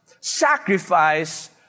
sacrifice